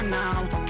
now